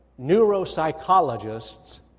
Neuropsychologists